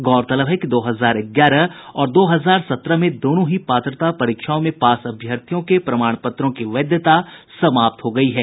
गौरतलब है कि दो हजार ग्यारह और दो हजार सत्रह में दोनों ही पात्रता परीक्षाओं में पास अभ्यर्थियों के प्रमाण पत्रों की वैधता समाप्त हो गयी है